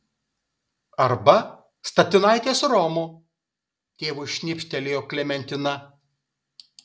arba statinaitės romo tėvui šnipštelėjo klementina